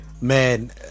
Man